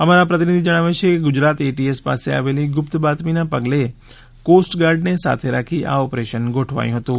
અમારા પ્રતિનિધિ જણાવે છે કે ગુજરાત એટીએસ પાસે આવેલી ગુપ્ત બાતમીના પગલે કોસ્ટ ગાર્ડને સાથે રાખી આ ઓપરેશન ગોઠવાયુ હતું